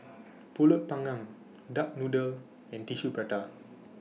Pulut Panggang Duck Noodle and Tissue Prata